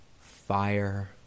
Fire